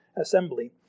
assembly